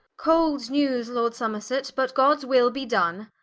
cold newes, lord somerset but gods will be done